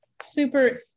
super